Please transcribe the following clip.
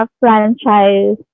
franchise